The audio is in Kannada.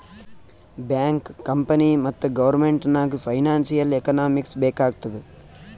ಬ್ಯಾಂಕ್, ಕಂಪನಿ ಮತ್ತ ಗೌರ್ಮೆಂಟ್ ನಾಗ್ ಫೈನಾನ್ಸಿಯಲ್ ಎಕನಾಮಿಕ್ಸ್ ಬೇಕ್ ಆತ್ತುದ್